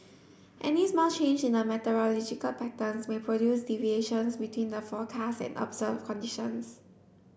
any small change in the meteorological patterns may produce deviations between the forecast and observed conditions